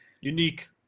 unique